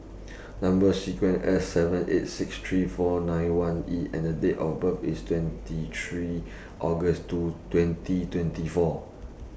Number sequence IS S seven eight six three four nine one E and Date of birth IS twenty three August twenty twenty four